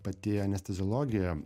pati anesteziologija